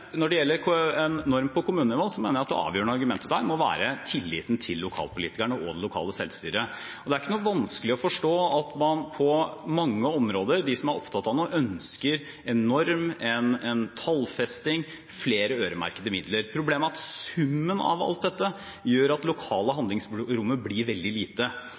Når det gjelder en norm på kommunenivå, mener jeg at det avgjørende argumentet der må være tilliten til lokalpolitikerne og det lokale selvstyret. Det er ikke noe vanskelig å forstå at de som er opptatt av noe på et område, ønsker en norm, en tallfesting, flere øremerkede midler. Problemet er at summen av alt dette gjør at det lokale handlingsrommet blir veldig lite.